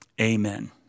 Amen